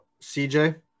CJ